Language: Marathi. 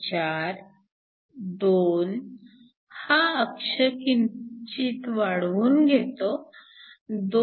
4 2 हा अक्ष किंचित वाढवून घेतो 2